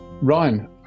Ryan